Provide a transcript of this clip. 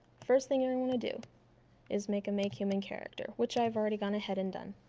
first thing i'm going to do is make a makehuman character which i've already gone ahead and done.